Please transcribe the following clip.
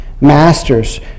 Masters